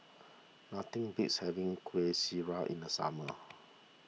nothing beats having Kuih Syara in the summer